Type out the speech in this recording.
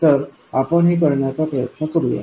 तर आपण हे करण्याचा प्रयत्न करूया